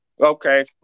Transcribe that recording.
Okay